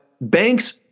banks